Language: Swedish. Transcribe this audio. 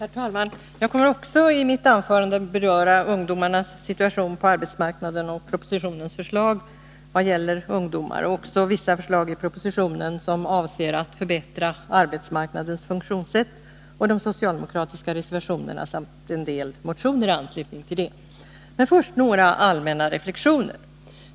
Herr talman! Jag kommer i mitt anförande att beröra ungdomarnas situation på arbetsmarknaden, propositionens förslag vad gäller ungdomar och också vissa förslag i propositionen som avser att förbättra arbetsmarknadens funktionssätt och de socialdemokratiska reservationerna samt en del motioner i anslutning till detta. Först några allmänna reflexioner.